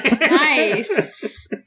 nice